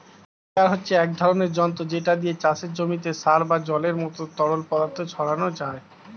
sprayer হচ্ছে এক ধরনের যন্ত্র যেটা দিয়ে চাষের জমিতে সার বা জলের মতো তরল পদার্থ ছড়ানো যায়